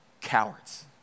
cowards